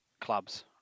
clubs